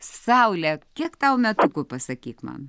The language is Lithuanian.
saule kiek tau metukų pasakyk man